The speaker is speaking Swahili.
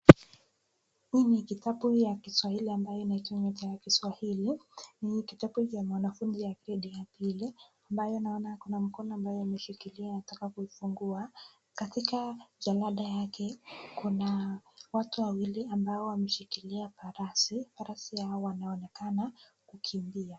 Hii ni kitabu cha kiswahili ambayo inaitwa nyota ya kiswahili ni kitabu cha mwanafunzi ya gredi ya pili ambayo naona kuna mkono ambayo imeshikilia anataka kuifungua. Katika jalada yake kuna watu wawili ambao wameshikilia farasi ,farasi hawa wanaonekana kukimbia.